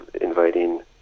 inviting